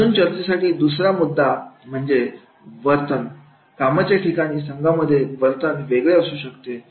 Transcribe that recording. अजून चर्चेसाठी दुसरा मुद्दा म्हणजे वर्तन कामाच्या ठिकाणी संघामधील वर्तन वेगळी असू शकते